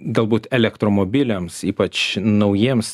galbūt elektromobiliams ypač naujiems